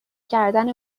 کردن